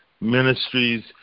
Ministries